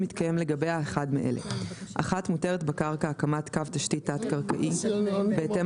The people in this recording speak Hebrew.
אם מתקיים לגביה אחד מאלה: (1)מותרת בקרקע הקמת קו תשתית תת-קרקעי בהתאם